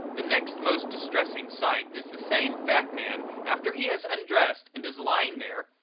the next most distressing sight is the same fat man after he has undressed and is lying there,